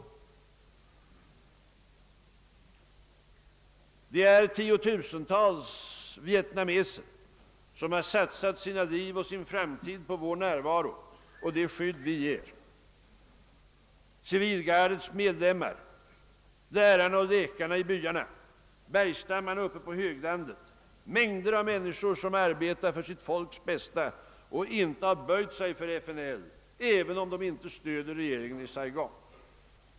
Därtill kommer att tiotusentals vietnameser har satsat sina liv och sin framtid på vår närvaro och det skydd vi ger: civil gardets medlemmar, lärare och läkare i byarna; bergstammarna uppe på höglandet; mängder av människor som arbetar för sitt folks bästa och inte har böjt sig för Viet Cong, även om de kanske inte stöder regeringen i Saigon.